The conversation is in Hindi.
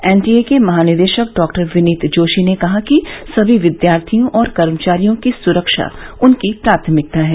एनटीए के महानिदेशक डॉक्टर विनीत जोशी ने कहा कि सभी विद्यार्थियों और कर्मचारियों की सुरक्षा उनकी प्राथमकिता है